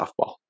softball